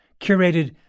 curated